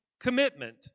commitment